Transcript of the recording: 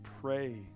pray